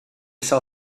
sell